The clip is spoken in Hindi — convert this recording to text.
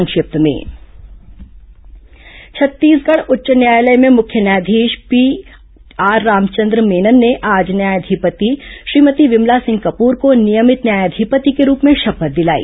संक्षिप्त समाचार छत्तीसगढ़ उच्च न्यायालय में मुख्य न्यायाधीश पीआर रामाचंद्र मेनन ने आज न्यायाधिपति श्रीमती विमला सिंह कपूर को नियमित न्यायाधिपति के रूप में शपथ दिलाई